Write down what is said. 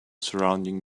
surrounding